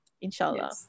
inshallah